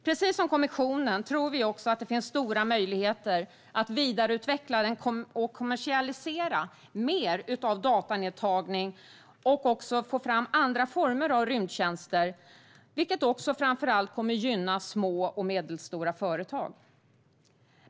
Precis som kommissionen tror vi att det finns stora möjligheter att vidareutveckla och kommersialisera mer av datanedtagning och också att få fram andra former av rymdtjänster, vilket framför allt kommer att gynna små och medelstora företag.